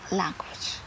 language